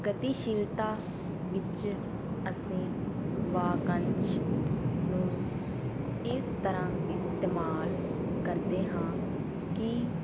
ਗਤੀਸ਼ੀਲਤਾ ਵਿੱਚ ਅਸੀਂ ਵਾਕੰਸ਼ ਨੂੰ ਇਸ ਤਰ੍ਹਾਂ ਇਸਤੇਮਾਲ ਕਰਦੇ ਹਾਂ ਕਿ